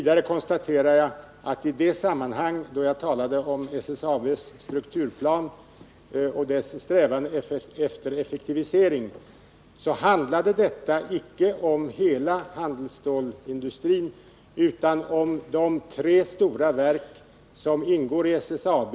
Då jag talade om bl.a. SSAB:s struktur och dess strävanden efter effektivisering handlade det vidare icke om hela handelsstålsindustrin utan om de tre stora verk som ingår i SSAB.